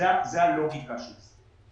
זאת הלוגיקה של זה.